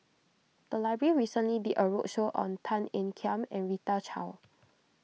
the library recently did a roadshow on Tan Ean Kiam and Rita Chao